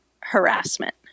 harassment